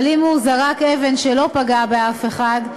אבל אם הוא זרק אבן שלא פגעה באף אחד,